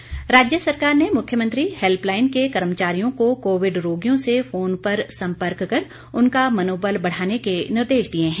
helpline राज्य सरकार ने मुख्यमंत्री हैल्पलाईन के कर्मचारियों को कोविड रोगियों से फोन पर सम्पर्क कर उनका मनोबल बढ़ाने के निर्देश दिए हैं